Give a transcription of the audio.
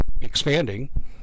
expanding